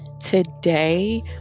Today